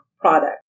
product